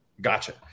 Gotcha